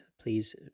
Please